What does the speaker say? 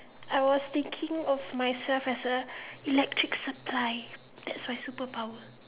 I was thinking of myself as a electric supply that's my superpower